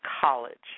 college